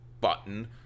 button